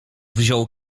wziął